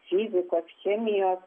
fizikos chemijos